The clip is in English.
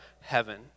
heaven